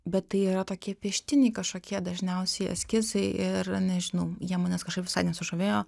bet tai yra tokie pieštiniai kažkokie dažniausiai eskizai ir nežinau jie manęs kažkaip visai nesužavėjo